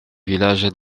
villages